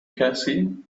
cassie